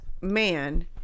man